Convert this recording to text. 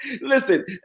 listen